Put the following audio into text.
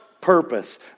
purpose